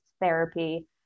therapy